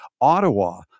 Ottawa